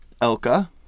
Elka